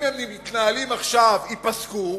אם הם מתנהלים עכשיו, ייפסקו.